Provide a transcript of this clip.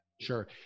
Sure